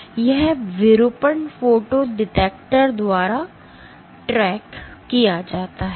तो और यह विरूपण फोटो डिटेक्टर द्वारा ट्रैक किया जाता है